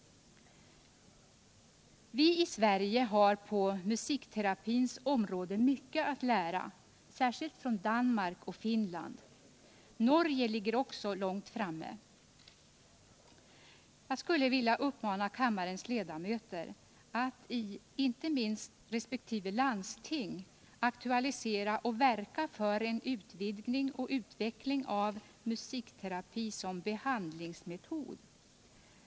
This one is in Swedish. Vi i Sverige har på musikterapins område mycket att lära, särskilt från Danmark och Finland. Norge ligger också långt framme. Jag skulle vilja uppmana kammarens ledamöter att, inte minst i resp. landsting, aktualisera och verka för en utvidgning och utveckling av musikterapi som behandlingsmetod.